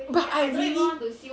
but I really